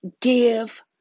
give